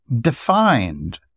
defined